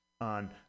on